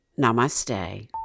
namaste